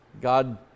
God